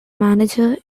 manager